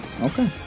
Okay